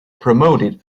promoted